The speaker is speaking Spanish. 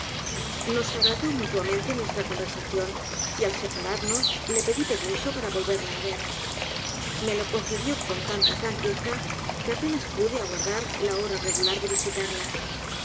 nos agradó mutuamente nuestra conversación y al separarnos le pedí permiso para volverla á ver ríe lo concedió con tanta franqueza que apenas pd aguardar la h'ór á regular dé visitarla